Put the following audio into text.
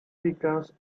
because